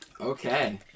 Okay